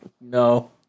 No